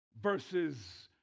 Versus